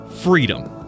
Freedom